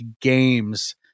games